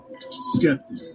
skeptic